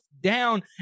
down